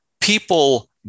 people